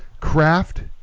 Craft